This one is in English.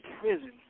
prison